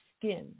Skin